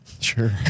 Sure